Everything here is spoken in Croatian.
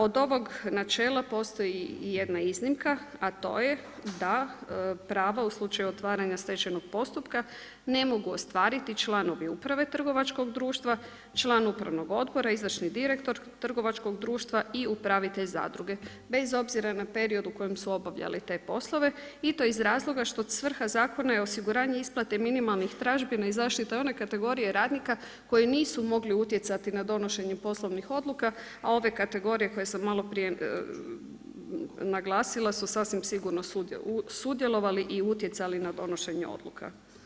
Od ovog načela postoji i jedna iznimka, a to je da prava u slučaju otvaranja stečajnog postupka ne mogu ostvariti članovi uprave trgovačkog društva, član upravnog odbora, izvršni direktor trgovačkog društva i upravitelj zadruge bez obzira na period u kojem su obavljali te poslove i to iz razloga što svrha zakona je osiguranje isplate minimalnih tražbina i zaštita one kategorije radnika koji nisu mogli utjecati na donošenje poslovnih odluka a ove kategorije koje sam malo prije naglasila su sasvim sigurna sudjelovali i utjecali na donošenje odluka.